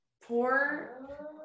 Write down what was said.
poor